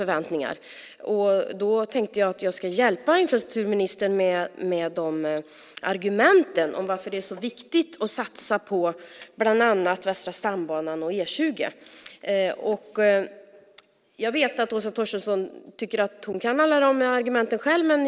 Jag tänkte att jag skulle hjälpa infrastrukturministern med argumenten för varför det är så viktigt att satsa på bland annat Västra stambanan och E 20. Jag vet att Åsa Torstensson tycker att hon kan alla argumenten.